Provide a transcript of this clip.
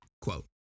quote